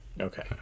okay